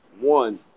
One